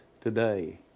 today